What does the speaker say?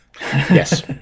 Yes